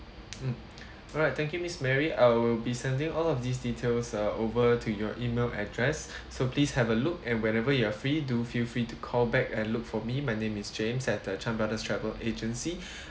mm alright thank you miss mary I will be sending all of these details uh over to your email address so please have a look and wherever you are free do feel free to call back and look for me my name is james at uh chan brothers travel agency